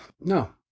No